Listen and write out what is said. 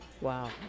Wow